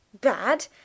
Bad